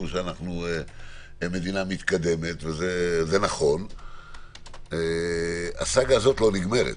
שאנחנו מדינה מתקדמת וזה נכון - הסאגה הזאת לא נגמרת.